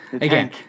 again-